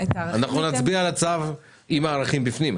אנחנו נצביע על הצו רק אם הערכים יהיו בפנים,